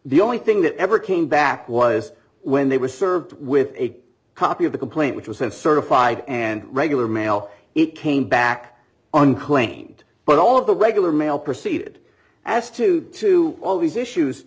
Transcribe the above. the only thing that ever came back was when they were served with a copy of the complaint which was sent certified and regular mail it came back unclaimed but all of the regular mail proceeded as two to all these issues